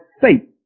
faith